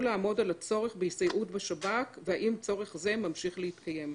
לעמוד על הצורך בהסתייעות בשב"כ והאם צורך זה ממשיך להתקיים.